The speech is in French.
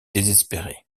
désespérée